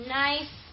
nice